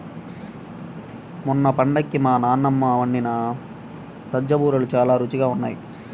మొన్న పండక్కి మా నాన్నమ్మ వండిన సజ్జ బూరెలు చాలా రుచిగా ఉన్నాయి